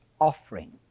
offering